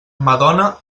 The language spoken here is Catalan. madona